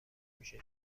پوشش